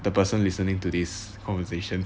the person listening to this conversation